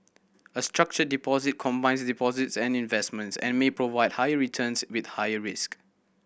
a structured deposit combines deposits and investments and may provide higher returns with higher risk